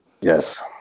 Yes